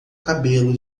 cabelo